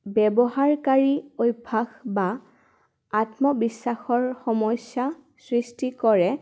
ব্যৱহাৰকাৰী অভ্যাস বা আত্মবিশ্বাসৰ সমস্যা সৃষ্টি কৰে